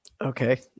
Okay